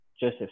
Joseph